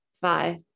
Five